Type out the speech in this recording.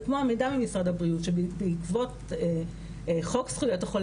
וכמו המידע ממשרד הבריאות שבעקבות חוק זכויות החולה